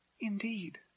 indeed